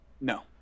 No